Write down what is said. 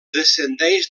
descendeix